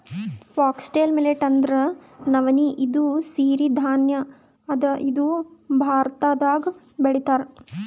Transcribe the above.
foxtail millet ಅಂದ್ರ ನವಣಿ ಇದು ಸಿರಿ ಧಾನ್ಯ ಅದಾ ಇದು ಭಾರತ್ದಾಗ್ ಬೆಳಿತಾರ್